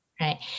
Right